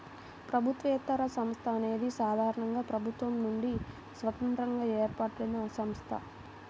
ప్రభుత్వేతర సంస్థ అనేది సాధారణంగా ప్రభుత్వం నుండి స్వతంత్రంగా ఏర్పడినసంస్థ